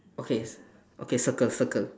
okay okay circle circle